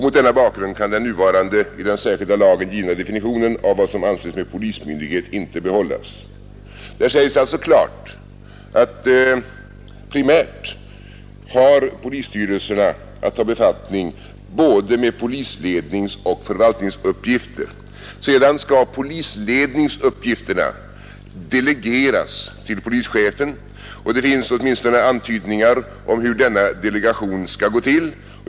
Mot denna bakgrund kan den nuvarande i den särskilda lagen givna definitionen av vad som avses med polismyndighet inte behållas.” Där sägs alltså klart att primärt har polisstyrelserna att ta befattning med både polisledningsoch förvaltningsuppgifter. Sedan skall polisledningsuppgifterna delegeras till polischefen, och det finns åtminstone antydningar om hur denna delegation skall gå till.